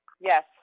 Yes